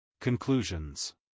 Conclusions